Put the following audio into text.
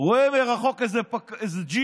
הוא רואה מרחוק איזה ג'יפ.